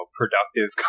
productive